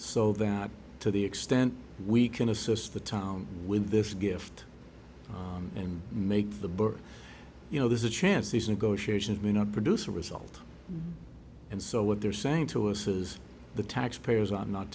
so that to the extent we can assist the town with this gift and make the book you know there's a chance these negotiations may not produce a result and so what they're saying to us is the taxpayers are not